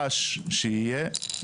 רעש שיהיה,